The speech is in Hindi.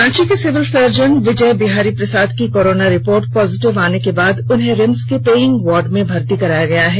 रांची सिविल सर्जन विजय बिहारी प्रसाद की कोरोना रिपोर्ट पॉजिटिव आने के बाद उन्हें रिम्स के पेईंग वार्ड में भर्ती कराया गया है